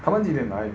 他们几点来